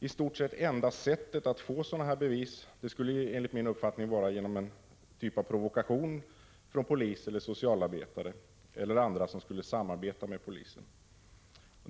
I stort sett det enda sättet att få bevis skulle enligt min uppfattning vara någon typ av provokation från polisen, socialarbetare eller andra som skulle samarbeta med polisen.